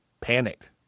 panicked